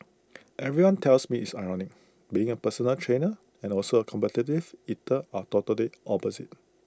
everyone tells me it's ironic being A personal trainer and also A competitive eater are totally opposites